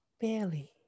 barely